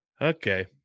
okay